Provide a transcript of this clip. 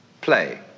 play